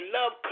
love